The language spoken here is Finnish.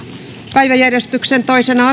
päiväjärjestyksen toisena